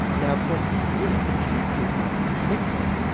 now, of course, he had to keep his alchemy secret,